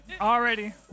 Already